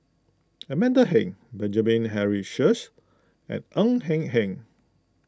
Amanda Heng Benjamin Henry Sheares and Ng Eng Hen